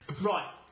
Right